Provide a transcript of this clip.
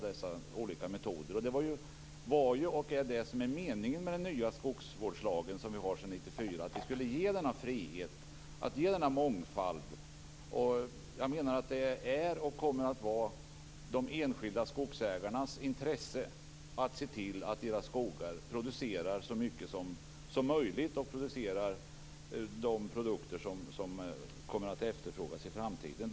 Det var ju det som var meningen med den nya skogsvårdslagen från 1994, att den skulle innebära frihet och mångfald. Det ligger i de enskilda skogsägarnas intressen att se till att deras skogar producerar så mycket som möjligt och de produkter som kommer att efterfrågas i framtiden.